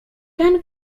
ten